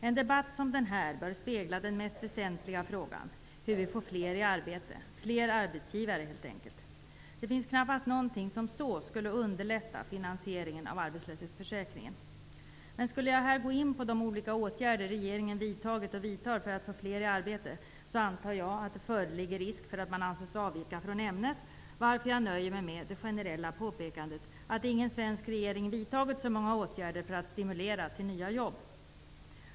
En debatt som den här bör spegla den mest väsentliga frågan, hur vi får fler i arbete, fler arbetsgivare helt enkelt. Det finns knappast någonting som så skulle underlätta finansieringen av arbetslöshetsförsäkringen. Men om jag här skulle gå in på de olika åtgärder som regeringen vidtar och har vidtagit för att få fler i arbete, antar jag att det föreligger risk för att man anses avvika från ämnet, varför jag nöjer mig med det generella påpekandet att ingen annan svensk regering har vidtagit så många åtgärder för att stimulera till nya jobb.